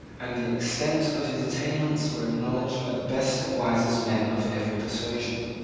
and the extent of his attainments were acknowledged by the best and wisest men of every persuasion.